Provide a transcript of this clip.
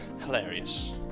Hilarious